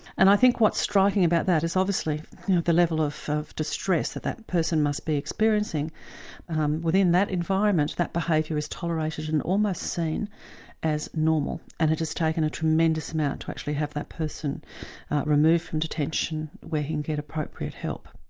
and i think what is striking about that is obviously the level of of distress that that person must be experiencing within that environment, that behaviour is tolerated and almost seen as normal, and it has taken a tremendous amount to actually have that person removed from detention where he can get appropriate help.